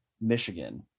Michigan